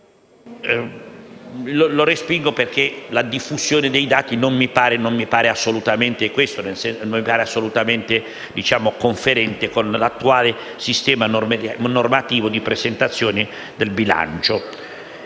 1.12 perché la diffusione dei dati non mi pare assolutamente conferente con l'attuale sistema normativo di presentazione del bilancio.